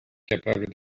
capable